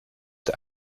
der